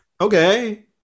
okay